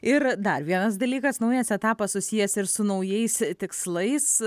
ir dar vienas dalykas naujas etapas susijęs ir su naujais tikslais